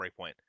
Breakpoint